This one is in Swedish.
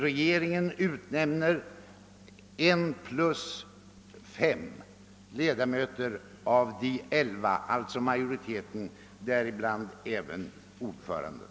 Regeringen utnämner en plus fem ledamöter av de elva ledamöterna, alltså majoriteten och däribland även ordföranden.